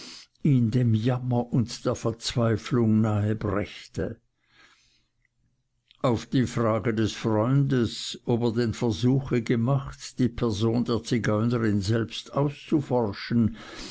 ihn dem jammer und der verzweiflung nahe brächte auf die frage des freundes ob er denn versuche gemacht die person der zigeunerin selbst auszuforschen